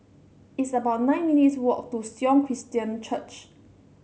it's about nine minutes' walk to Sion Christian Church